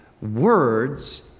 Words